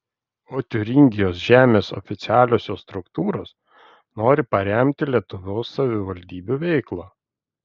o tiūringijos žemės oficialiosios struktūros nori paremti lietuvos savivaldybių veiklą